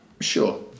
sure